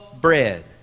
bread